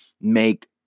make